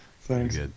Thanks